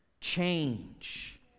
change